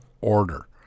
order